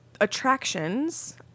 attractions